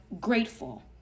grateful